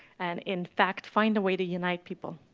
and in fact find a way to unite people.